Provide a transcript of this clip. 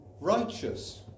righteous